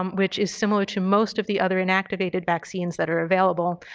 um which is similar to most of the other inactivated vaccines that are available.